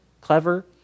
clever